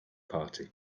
party